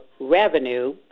revenue